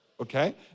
Okay